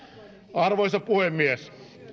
arvoisa puhemies